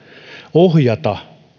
ohjata